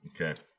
Okay